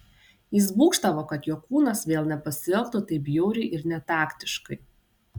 jis būgštavo kad jo kūnas vėl nepasielgtų taip bjauriai ir netaktiškai